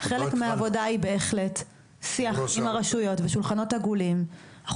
חלק מהעבודה היא בהחלט שיח עם הרשויות ושולחנות עגולים,